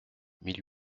mille